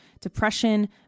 depression